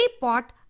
pot